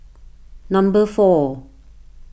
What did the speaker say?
number four